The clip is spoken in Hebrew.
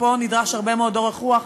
ופה נדרש הרבה מאוד אורך רוח,